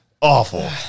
awful